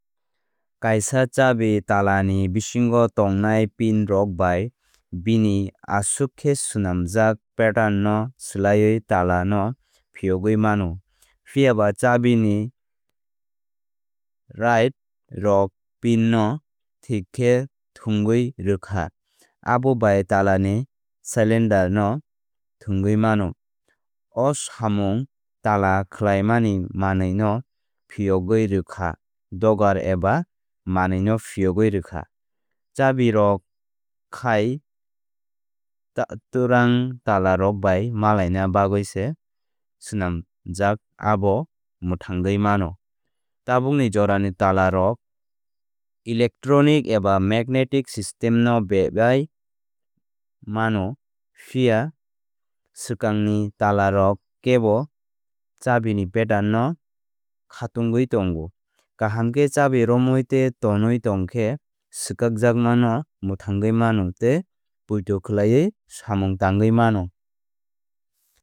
Kaisa chabi tala ni bisingo tongnai pin rok bai bini aswk khe swnamjak pattarn no swlaiwi tala no phiyogwi mano. Phiyaba chabi ni ridge rok pin no thik khe thwngwi rwkha abo bai tala ni cylinder no thwngwi mano. O samung tala khlaimani manwi no phiyogwi rwkha dugar eba manwi no phiyogwi rwkha. Chabi rok khai twrwang tala rok bai malaina bagwi se swnamjak abo mwthangwi mano. Tabukni jorani tala rok electronic eba magnetic system no bebai mano. Phiya swkang ni tala rok kebo chabi ni pattern no khatungwi tongo. Kaham khe chabi romwi tei tonwi tongkhe swkakjakmano mwthangwi mano tei poito khlaiwi samung tangwi mano.